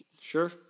Sure